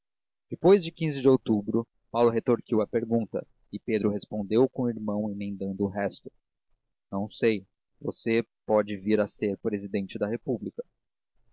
depois de de novembro paulo retorquiu a pergunta e pedro respondeu como o irmão emendando o resto não sei você pode vir a ser presidente da república